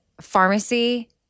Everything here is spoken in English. pharmacy